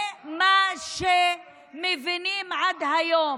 זה מה שמבינים עד היום,